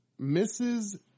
Mrs